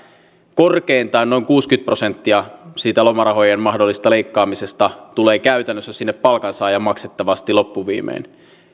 korkeintaan noin kuusikymmentä prosenttia siitä lomarahojen mahdollisesta leikkaamisesta tulee käytännössä sinne palkansaajan maksettavaksi loppuviimein